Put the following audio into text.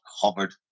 covered